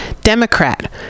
Democrat